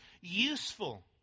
useful